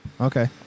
Okay